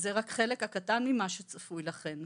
זה רק החלק הקטן ממה שצפוי לכן.